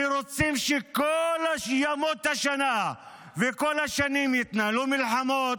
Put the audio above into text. שרוצים שכל ימות השנה וכל השנים יתנהלו מלחמות,